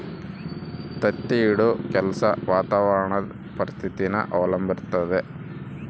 ತತ್ತಿ ಇಡೋ ಕೆಲ್ಸ ವಾತಾವರಣುದ್ ಪರಿಸ್ಥಿತಿನ ಅವಲಂಬಿಸಿರ್ತತೆ